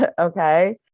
okay